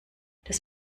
das